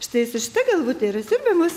štai su šita galvute yra siurbiamos